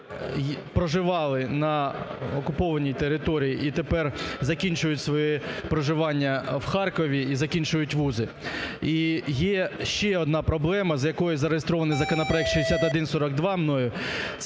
проживали на окупованій території і тепер закінчують своє проживання в Харкові і закінчують вузи. І є ще одна проблема, за якою зареєстрований законопроект 6142 мною,